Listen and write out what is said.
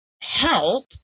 help